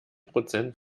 prozent